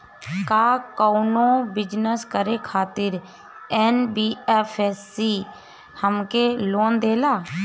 का कौनो बिजनस करे खातिर एन.बी.एफ.सी हमके लोन देला?